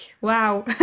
wow